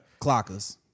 Clockers